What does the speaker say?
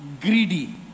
greedy